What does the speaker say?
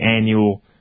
annual